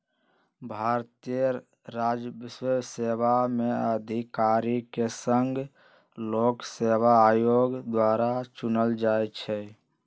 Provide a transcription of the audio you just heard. भारतीय राजस्व सेवा में अधिकारि के संघ लोक सेवा आयोग द्वारा चुनल जाइ छइ